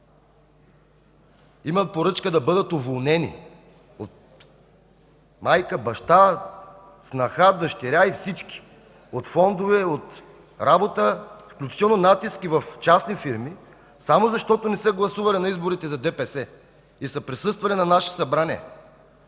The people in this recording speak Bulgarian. има поръчка да бъдат уволнени – майка, баща, снаха, дъщеря и всички, от фондове, от работа, включително натиск и в частни фирми, само защото не са гласували на изборите за ДПС и са присъствали на наше събрание